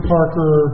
Parker